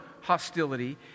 hostility